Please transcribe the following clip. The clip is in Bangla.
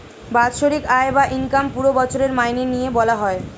বাৎসরিক আয় বা ইনকাম পুরো বছরের মাইনে নিয়ে বলা হয়